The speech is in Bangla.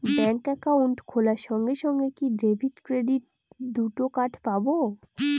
ব্যাংক অ্যাকাউন্ট খোলার সঙ্গে সঙ্গে কি ডেবিট ক্রেডিট দুটো কার্ড পাবো?